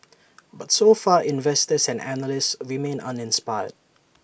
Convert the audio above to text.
but so far investors and analysts remain uninspired